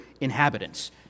inhabitants